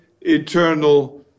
eternal